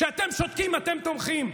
כשאתם שותקים אתם תומכים.